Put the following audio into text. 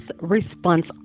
response